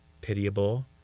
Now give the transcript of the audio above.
pitiable